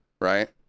right